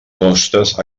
costes